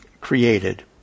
created